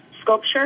sculpture